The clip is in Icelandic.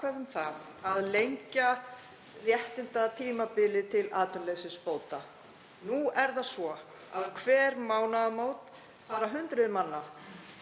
það að lengja réttindatímabilið til atvinnuleysisbóta. Nú er það svo að um hver mánaðamót leita hundruð manna